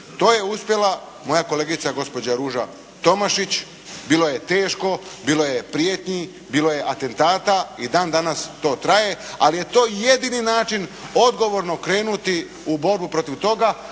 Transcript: To je uspjela moja kolega gospođa Ruža Tomašić. Bilo je teško, bilo je prijetnji, bilo je atentata. I dan danas to traje ali je to jedini način odgovorno krenuti u borbu protiv toga